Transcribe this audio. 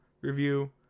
review